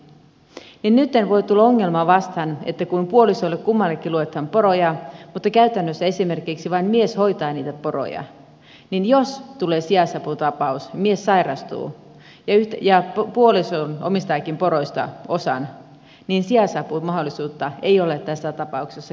nytten voi tulla ongelma vastaan että kun kummallekin puolisolle luetaan poroja mutta käytännössä esimerkiksi vain mies hoitaa niitä poroja niin jos tulee sijaisaputapaus mies sairastuu ja puoliso omistaakin poroista osan niin sijaisapumahdollisuutta ei ole tässä tapauksessa käytettävissä